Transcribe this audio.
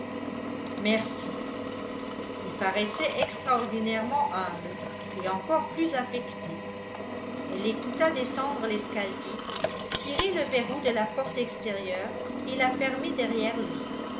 merci il paraissait extraordinairement humble et encore plus affecté elle l'écouta descendre l'escalier tirer le verrou de la porte extérieure et la fermer derrière lui